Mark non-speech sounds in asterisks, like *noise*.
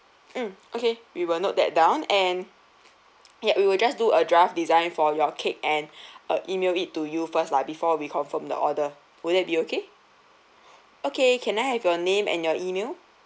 mm okay we will note that down and ya we will just do a draft design for your cake and *breath* uh email it to you first lah before we confirm the order would that be okay okay can I have your name and your email